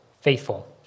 Faithful